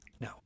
no